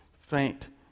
Faint